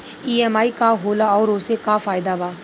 EMI का होला और ओसे का फायदा बा?